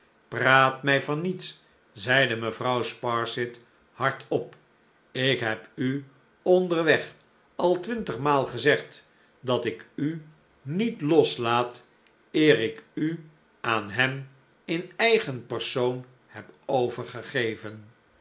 praat mij van niets zeide mevrouw sparsit hardop ik heb u onderweg al twintigmaal gezegd dat ik u niet loslaat eer ik u aan hem in eigen persoon heb overgegeven